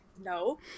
no